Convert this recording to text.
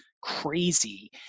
crazy